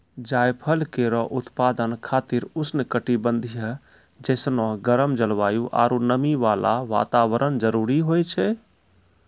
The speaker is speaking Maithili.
जायफल केरो उत्पादन खातिर उष्ण कटिबंधीय जैसनो गरम जलवायु आरु नमी वाला वातावरण जरूरी होय छै